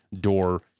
Door